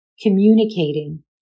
communicating